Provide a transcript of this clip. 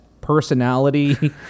personality